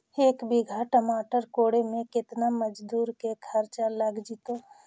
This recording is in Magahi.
एक बिघा टमाटर कोड़े मे केतना मजुर के खर्चा लग जितै?